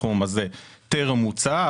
הסכום הזה טרם מוצה,